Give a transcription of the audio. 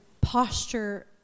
posture